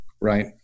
right